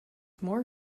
more